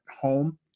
home